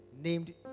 Named